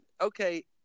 okay